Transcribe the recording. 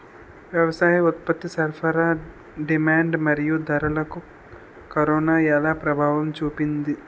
వ్యవసాయ ఉత్పత్తి సరఫరా డిమాండ్ మరియు ధరలకు కరోనా ఎలా ప్రభావం చూపింది